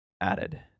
added